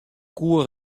koe